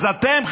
אז אתם,